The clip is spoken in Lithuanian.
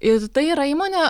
ir tai yra įmonė